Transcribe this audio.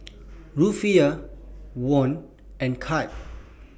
Rufiyaa Won and Cad